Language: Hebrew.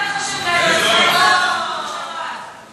יש לך בעיה בסדרי עדיפויות מוסריים.